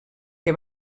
que